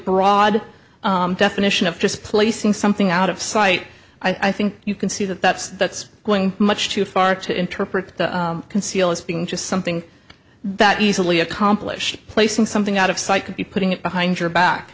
broad definition of just placing something out of sight i think you can see that that's that's going much too far to interpret conceal as being just something that easily accomplished placing something out of sight could be putting it behind your back